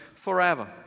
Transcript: forever